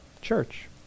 church